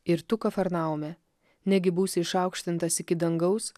ir tu kafarnaume negi būsi išaukštintas iki dangaus